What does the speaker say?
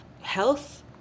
health